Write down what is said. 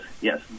yes